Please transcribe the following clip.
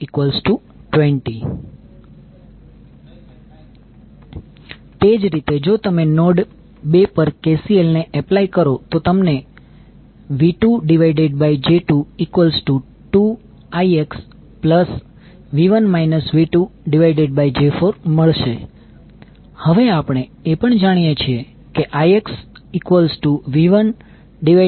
5V220 તેવી જ રીતે જો તમે નોડ 2 પર KCL ને એપ્લાય કરો તો તમને V2j22IxV1 V2j4 મળશે હવે આપણે એ પણ જાણીએ છીએ કે IxV1 j2